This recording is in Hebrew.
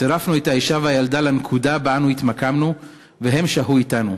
צירפנו את האישה והילדה לנקודה שבה התמקמנו והן שהו אתנו.